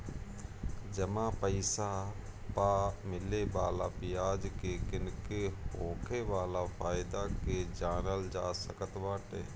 जमा पईसा पअ मिले वाला बियाज के गिन के होखे वाला फायदा के जानल जा सकत बाटे